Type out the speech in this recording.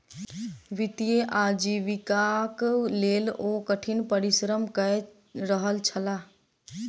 वित्तीय आजीविकाक लेल ओ कठिन परिश्रम कय रहल छलाह